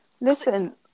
Listen